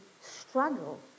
struggle